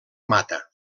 mata